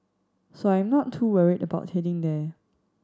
so I'm not too worried about heading there